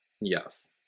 Yes